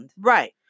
Right